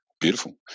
Beautiful